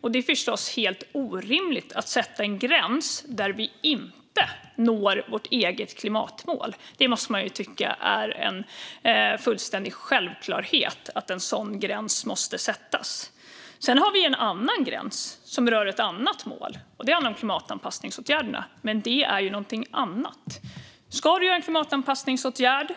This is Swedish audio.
Och det är förstås helt orimligt att sätta en gräns där vi inte når vårt eget klimatmål. Man måste ju tycka att det är en fullständig självklarhet att en sådan gräns måste sättas. Sedan har vi en annan gräns som rör ett annat mål. Det handlar om klimatanpassningsåtgärderna, men det är ju någonting annat. Ska du göra en klimatanpassningsåtgärd